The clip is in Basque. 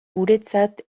guretzat